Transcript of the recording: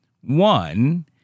One